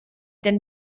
den